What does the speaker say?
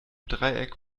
dreieck